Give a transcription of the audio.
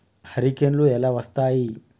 హరికేన్లు ఎలా వస్తాయి?